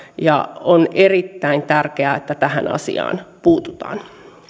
ja on erittäin tärkeää että tähän asiaan puututaan